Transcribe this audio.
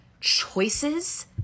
choices